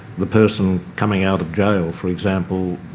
the person coming out of jail, for example,